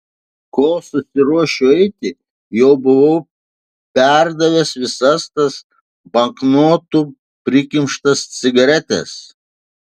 kol susiruošiu eiti jau buvau perdavęs visas tas banknotų prikimštas cigaretes